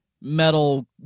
metal